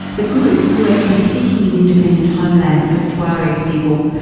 the group, who had been seeking an independent homeland for the tuareg people,